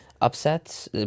upsets